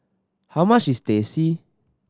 how much is Teh C